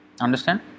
Understand